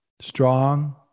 strong